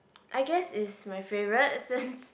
I guess it's my favourite since